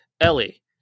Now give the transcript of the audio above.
Ellie